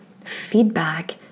feedback